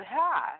hi